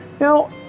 Now